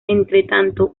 entretanto